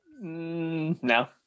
No